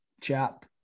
chap